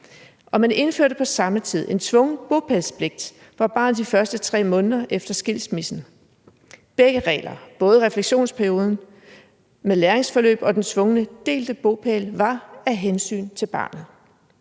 og man indførte på samme tid en tvunget bopælspligt for barnet de første 3 måneder efter skilsmissen. Begge regler, både refleksionsperioden med læringsforløb og den tvungne delte bopæl, var af hensyn til barnet.